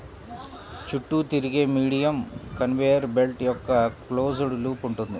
చుట్టూ తిరిగే medium conveyor belt యొక్క క్లోజ్డ్ లూప్ ఉంటుంది